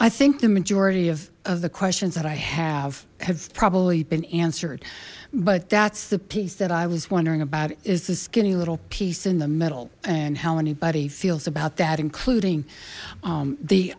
i think the majority of the questions that i have have probably been answered but that's the piece that i was wondering about is the skinny little piece in the middle and how anybody feels about that including